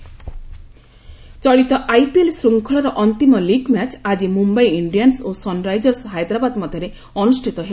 IPL ଚଳିତ IPL ଶୃଙ୍ଖଳର ଅନ୍ତିମ ଲିଗ୍ ମ୍ୟାଚ୍ ଆଜି ମୁମ୍ୟାଇ ଇଣ୍ଡିଆନ୍ ଓ ସନ୍ରାଇଜର୍ସ ହାଇଦ୍ରାବାଦ୍ ମଧ୍ୟରେ ଅନୁଷ୍ଠିତ ହେବ